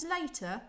later